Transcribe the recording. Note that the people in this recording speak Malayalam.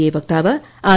ഐ വക്താവ് ആർ